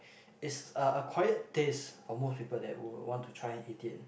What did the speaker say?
is a acquired taste for most people that would want to try and eat it